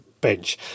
bench